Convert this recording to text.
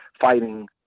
fighting